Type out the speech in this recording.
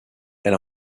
elle